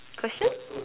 question